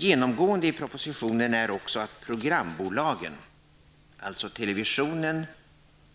Genomgående i propositionen är också att programbolagen, alltså Sveriges Television,